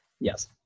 yes